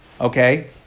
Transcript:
Okay